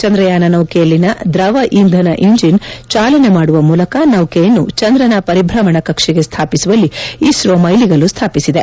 ಚಂದ್ರಯಾನ ನೌಕೆಯಲ್ಲಿನ ದ್ರವ ಇಂಧನ ಇಂಜಿನ್ ಚಾಲನೆ ಮಾಡುವ ಮೂಲಕ ನೌಕೆಯನ್ನು ಚಂದ್ರನ ಪರಿಭ್ರಮಣ ಕಕ್ಷೆಗೆ ಸ್ಥಾಪಿಸುವಲ್ಲಿ ಇಸ್ತೋ ಮೈಲಿಗಲ್ಲು ಸಾಧಿಸಿದೆ